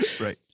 right